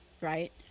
Right